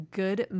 good